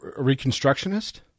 Reconstructionist